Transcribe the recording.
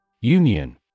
Union